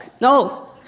No